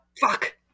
Fuck